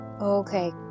Okay